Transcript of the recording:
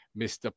Mr